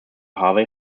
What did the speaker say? harvey